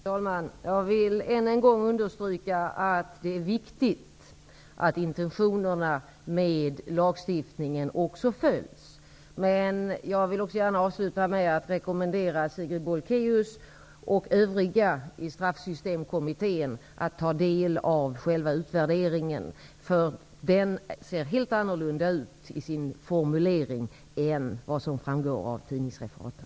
Fru talman! Jag vill än en gång understryka att det är viktigt att intentionerna med lagstiftningen också följs. Jag vill avsluta med att rekommendera Sigrid Bolkéus och övriga i Straffsystemkommittén att ta del av själva utvärderingen, för den ser helt annorlunda ut i sin formulering än vad som framgår av tidningsreferaten.